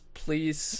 please